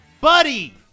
Buddy